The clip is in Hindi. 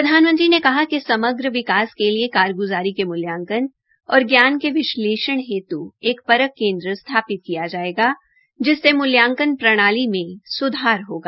प्रधानमंत्री ने कहा कि समग्र विकास के लिए कारग्जारी के मूल्यांकन और ज्ञान के विश्लेषण हेतु यह परख केन्द्र स्थापित किया जायेगा जिससे मूल्यांकन प्रणाली में सुधार होगा